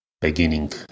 beginning